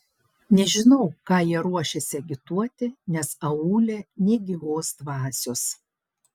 nežinau ką jie ruošiasi agituoti nes aūle nė gyvos dvasios